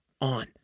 on